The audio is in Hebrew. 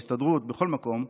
בהסתדרות ובכל מקום,